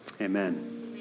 Amen